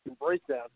breakdown